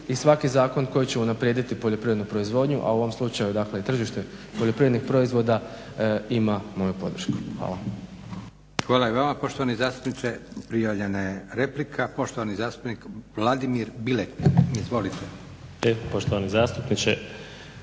i svaki zakon koji će unaprijediti poljoprivrednu proizvodnju, a u ovom slučaju dakle tržište poljoprivrednih proizvoda ima moju podršku. Hvala. **Leko, Josip (SDP)** Hvala i vama poštovani zastupniče. Prijavljena je replika, poštovani zastupnik Vladimir Bilek. Izvolite.